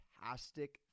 fantastic